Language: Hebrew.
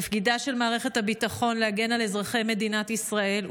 תפקידה של מערכת הביטחון להגן על אזרחי מדינת ישראל,